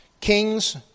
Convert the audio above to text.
kings